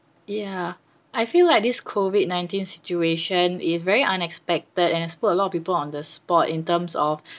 ya I feel like this COVID nineteen situation is very unexpected and has put a lot of people on the spot in terms of